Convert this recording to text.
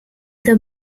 the